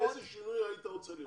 אני שואל איזה שינוי היית רוצה לראות.